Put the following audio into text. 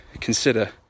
consider